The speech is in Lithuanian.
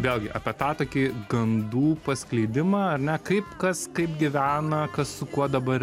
vėlgi apie tą tokį gandų paskleidimą ar ne kaip kas kaip gyvena kas su kuo dabar